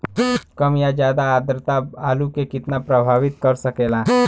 कम या ज्यादा आद्रता आलू के कितना प्रभावित कर सकेला?